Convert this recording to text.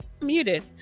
Muted